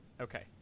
okay